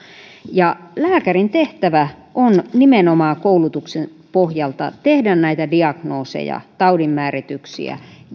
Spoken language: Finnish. lääkärin tehtävä on nimenomaan koulutuksen pohjalta tehdä näitä diagnooseja taudinmäärityksiä